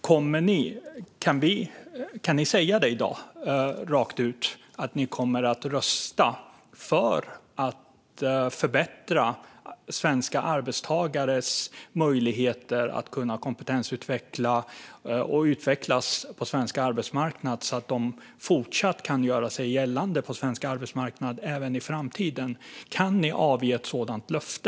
Kan ni i dag rakt ut säga att ni kommer att rösta för att förbättra svenska arbetstagares möjligheter att kompetensutveckla sig och utvecklas på svensk arbetsmarknad, så att de fortsatt kan göra sig gällande på svensk arbetsmarknad även i framtiden? Kan ni avge ett sådant löfte?